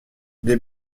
les